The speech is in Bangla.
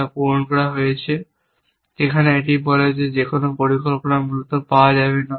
তা পূরণ করা হয়েছে যেখানে এটি বলে যে কোনও পরিকল্পনা মূলত পাওয়া যাবে না